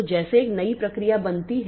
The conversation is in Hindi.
तो जैसे एक नई प्रक्रिया बनती है